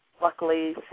luckily